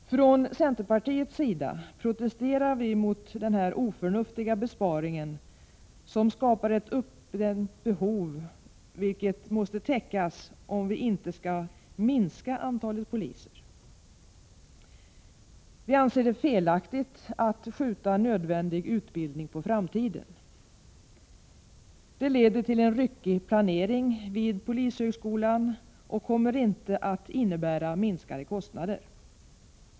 Från centerpartiets sida protesterar vi mot denna oförnuftiga besparing som skapar ett uppdämt behov, vilket måste täckas, om vi inte skall minska antalet poliser. Vi anser det felaktigt att skjuta nödvändig utbildning på framtiden. Det leder till en ryckig planering vid polishögskolan, och det kommer inte att innebära minskade kostnader.